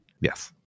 Yes